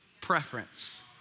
preference